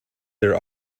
their